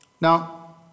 Now